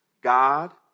God